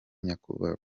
nyakubahwa